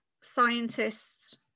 scientists